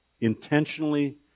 intentionally